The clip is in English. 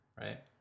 right